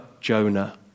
Jonah